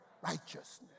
righteousness